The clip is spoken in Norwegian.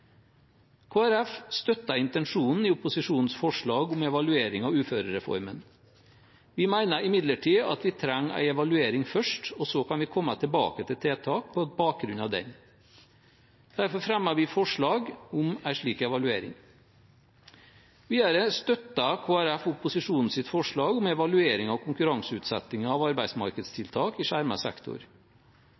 støtter intensjonen i opposisjonens forslag om en evaluering av uførereformen. Vi mener imidlertid at vi trenger en evaluering først, og så kan vi komme tilbake til tiltak på bakgrunn av den. Derfor fremmer vi forslag om en slik evaluering. Videre støtter Kristelig Folkeparti opposisjonens forslag om en evaluering av konkurranseutsettingen av arbeidsmarkedstiltak i skjermet sektor.